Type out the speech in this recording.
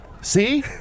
See